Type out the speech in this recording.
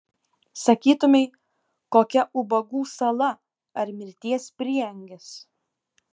sakytumei kokia ubagų sala ar mirties prieangis